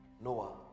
Noah